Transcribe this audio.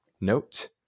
note